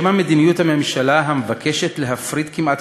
שמא מדיניות הממשלה המבקשת להפריט כמעט